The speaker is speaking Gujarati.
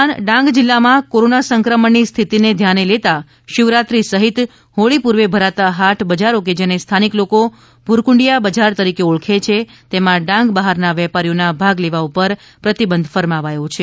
દરમિયાન ડાંગ જિલ્લામાં કોરોના સંક્રમણની સ્થિતિને ધ્યાને લેતા શિવરાત્રી સફીત હોળી પૂર્વે ભરાતા હાટ બજારો કે જેને સ્થાનિક લોકો ભૂરકુંડિયા બજાર તરીકે ઓળખે છે તેમા ડાંગ બહારના વેપારીઓના ભાગ લેવા ઉપર પ્રતિબંધ ફરમાવાયો છે